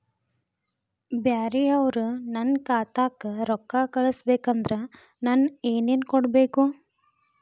ಬ್ಯಾರೆ ಅವರು ನನ್ನ ಖಾತಾಕ್ಕ ರೊಕ್ಕಾ ಕಳಿಸಬೇಕು ಅಂದ್ರ ನನ್ನ ಏನೇನು ಕೊಡಬೇಕು?